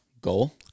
Goal